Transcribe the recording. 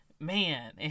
Man